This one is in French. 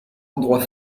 endroit